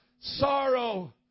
sorrow